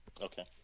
Okay